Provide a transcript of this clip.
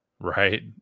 right